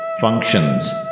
functions